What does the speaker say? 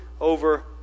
over